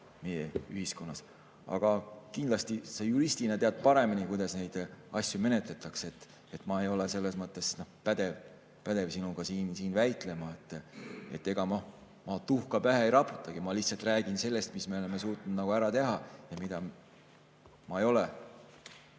kõla. Kindlasti sa juristina tead paremini, kuidas neid asju menetletakse. Ma ei ole selles mõttes pädev sinuga väitlema. Ega ma tuhka pähe ei raputagi, ma lihtsalt räägin sellest, mis me oleme suutnud ära teha – mina ja kõik